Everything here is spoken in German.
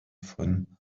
von